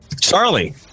Charlie